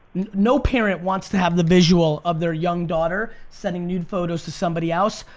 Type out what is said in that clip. no parent wants to have the visual of their young daughter sending nude photos to somebody else.